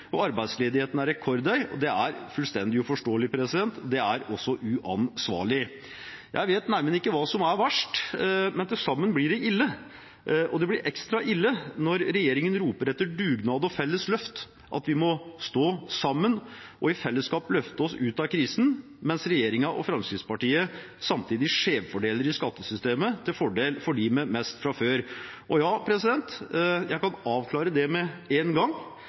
arbeidsledigheten er rekordhøy, og det er fullstendig uforståelig – det er også uansvarlig. Jeg vet neimen ikke hva som er verst, men til sammen blir det ille, og det blir ekstra ille når regjeringen roper etter dugnad og felles løft, at vi må stå sammen og i fellesskap løfte oss ut av krisen, mens regjeringen og Fremskrittspartiet samtidig skjevfordeler i skattesystemet, til fordel for dem med mest fra før. Og ja, jeg kan avklare det med en gang: